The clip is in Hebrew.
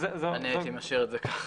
אני הייתי משאיר את זה כך.